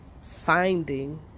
finding